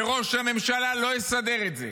וראש הממשלה לא יסדר את זה